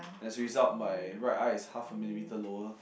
as a result my right eye is half a millimetre lower